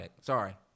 Sorry